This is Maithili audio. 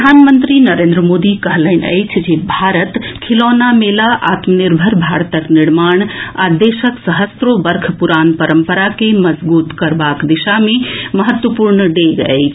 प्रधानमंत्री नरेन्द्र मोदी कहलनि अछि जे भारत खिलौना मेला आत्मनिर्भर भारतक निर्माण आ देशक सहस्त्रो वर्ष पुरान परंपरा के मजबूत करबाक दिशा मे महत्वपूर्ण डेग अछि